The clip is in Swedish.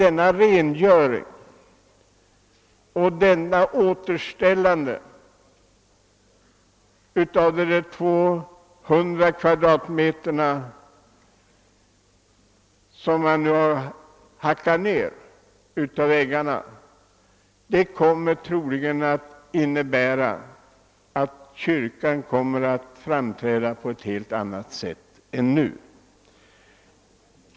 En rengöring och ett återställande av de 200 kvadratmeter av väggarna som nu har hackats ner kommer troligen att medföra att kyrkan kommer att se ut på ett helt annat sätt än nu.